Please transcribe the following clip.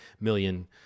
million